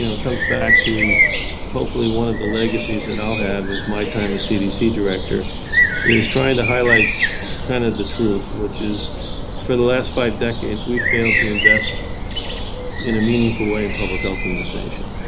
you know it comes back to hopefully one of the legacies that and i'll have as my time as cdc director is trying to highlight kind of the truth, which is for the last five decades we've failed to invest in a meaningful way in public health in this nation.